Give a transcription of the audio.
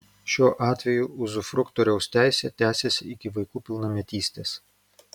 šiuo atveju uzufruktoriaus teisė tęsiasi iki vaikų pilnametystės